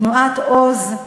תנועת "עוז",